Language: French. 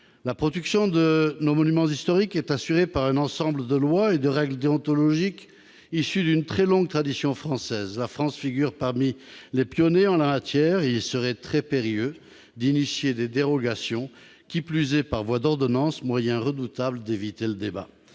la production de nos monuments historiques est assurée par un ensemble de lois et de règles déontologiques, issu d'une très longue tradition française, la France figure parmi les pionniers en la matière, il serait très périlleux d'initier des dérogations qui plus est par voie d'ordonnance moyen redoutable d'éviter le débat